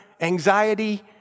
anxiety